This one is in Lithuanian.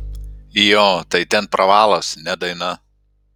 jo tai ten pravalas ne daina